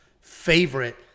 favorite